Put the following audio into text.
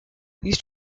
these